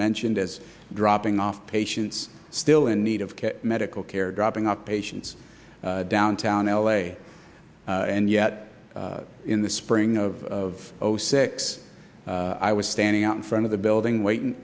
mentioned as dropping off patients still in need of medical care dropping off patients downtown l a and yet in the spring of zero six i was standing out in front of the building waiting